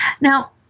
Now